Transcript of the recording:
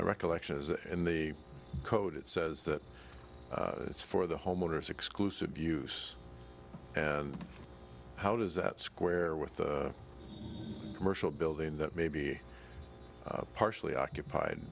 my recollection is in the code it says that it's for the homeowners exclusive use and how does that square with the commercial building that may be partially occupied